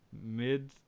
mid